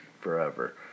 forever